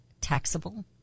taxable